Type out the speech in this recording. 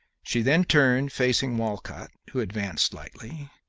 she then turned, facing walcott, who advanced slightly,